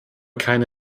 keine